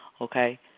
Okay